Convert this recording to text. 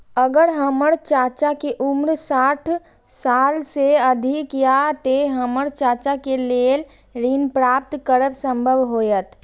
अगर हमर चाचा के उम्र साठ साल से अधिक या ते हमर चाचा के लेल ऋण प्राप्त करब संभव होएत?